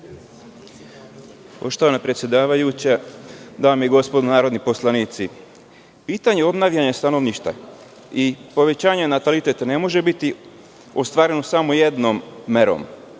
Poštovana predsedavajuća, dame i gospodo narodni poslanici. Pitanje obnavljanja stanovništva i povećanje nataliteta ne može biti ostvareno samo jednom merom.